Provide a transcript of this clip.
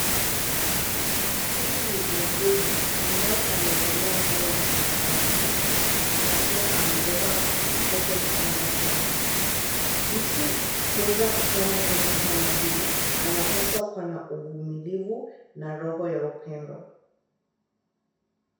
Huyu ni muuguzi, ambaye amevalia nguo la samawati na pia amebeba mtoto mchanga sana. Mtu kuweza kufanya kazi kama hii, anapaswa kuwa na uvumilivu na roho ya upendo.